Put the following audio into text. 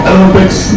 Olympics